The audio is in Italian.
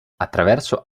attraverso